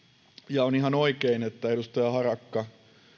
ja on ihan oikein että edustaja harakka